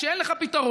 כשאין לך פתרון,